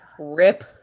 rip